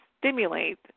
stimulate